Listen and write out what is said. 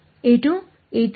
a2a3a4